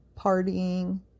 partying